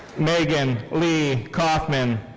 megan lee kaufmann.